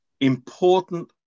important